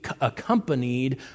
accompanied